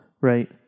Right